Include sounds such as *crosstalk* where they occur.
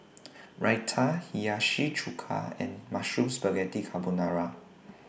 *noise* Raita Hiyashi Chuka and Mushroom Spaghetti Carbonara